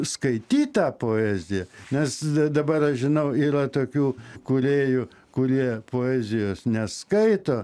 skaityt tą poeziją nes dabar žinau yra tokių kūrėjų kurie poezijos neskaito